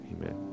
amen